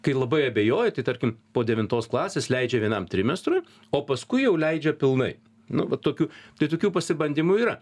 kai labai abejoja tai tarkim po devintos klasės leidžia vienam trimestrui o paskui jau leidžia pilnai nu va tokių tai tokių pasibandymų yra